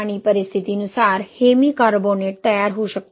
आणि परिस्थितीनुसार hemicarbonate तयार होऊ शकते